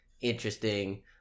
interesting